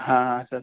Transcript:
ہاں ہاں سر